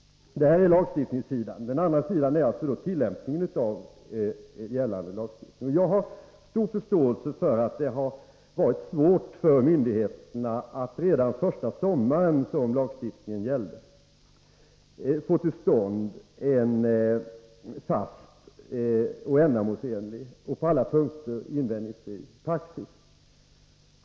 — Det var lagstiftningssidan. Den andra sidan är tillämpningen av den gällande lagstiftningen. Jag har stor förståelse för att det har varit svårt för myndigheterna att redan första sommaren som lagstiftningen gäller få till stånd en fast, ändamålsenlig och på alla punkter invändningsfri praxis.